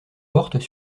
portent